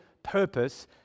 Purpose